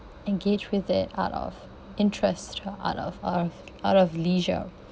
engage with it out of interest out of out of out of leisure